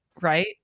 Right